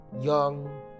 young